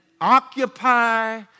occupy